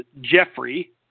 jeffrey